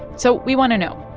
so we want to know,